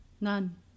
None